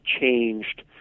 changed